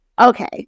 okay